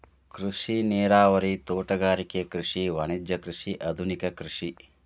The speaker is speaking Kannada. ಕೃಷಿ ನೇರಾವರಿ, ತೋಟಗಾರಿಕೆ ಕೃಷಿ, ವಾಣಿಜ್ಯ ಕೃಷಿ, ಆದುನಿಕ ಕೃಷಿ